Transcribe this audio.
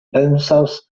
penas